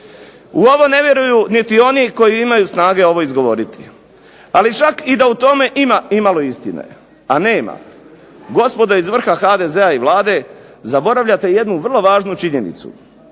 U ovo ne vjeruju niti oni koji imaju snage ovo izgovoriti, ali čak i da u tome ima imalo istine, a nema, gospodo iz vrha HDZ-a i Vlade zaboravljate jednu vrlo važnu činjenicu,